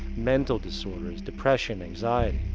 mental disorders depression, anxiety,